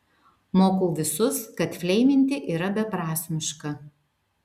mokau visus kad fleiminti yra beprasmiška